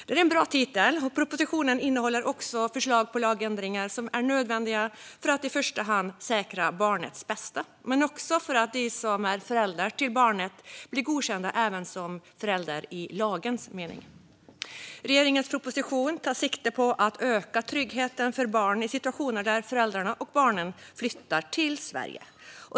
Det är en bra titel, och propositionen innehåller också förslag på lagändringar som är nödvändiga för att i första hand säkra barnets bästa, men också för att de som är föräldrar till barnet ska bli godkända som föräldrar även i lagens mening. Regeringens proposition tar sikte på att öka tryggheten för barn i situationer där föräldrarna och barnet flyttar till Sverige.